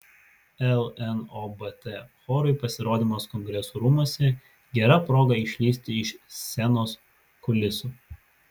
lnobt chorui pasirodymas kongresų rūmuose gera proga išlįsti iš scenos kulisų